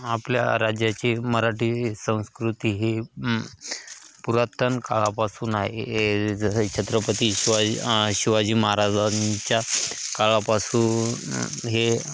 आपल्या राज्याची मराठी संस्कृती ही पुरातन काळापासून आहे जसं छत्रपती शिवाजी शिवाजी महाराजांच्या काळापासून हे